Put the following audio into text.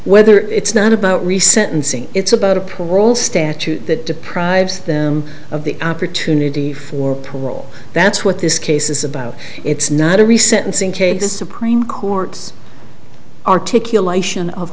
whether it's not about re sentencing it's about a parole statute that deprives them of the opportunity for parole that's what this case is about it's not every sentence in cases supreme court's articulation of